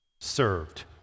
served